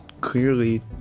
clearly